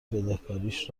بدهکاریش